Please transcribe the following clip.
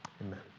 Amen